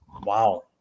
Wow